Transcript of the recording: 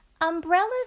Umbrellas